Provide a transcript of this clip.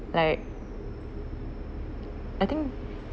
like I think